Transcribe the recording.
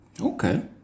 Okay